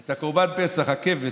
את קורבן פסח, הכבש.